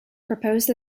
proposed